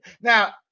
Now